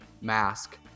mask